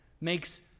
makes